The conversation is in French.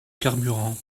carburant